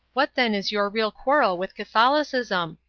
what then is your real quarrel with catholicism?